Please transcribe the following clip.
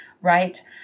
right